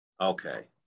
Okay